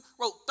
wrote